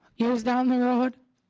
he lives down the road.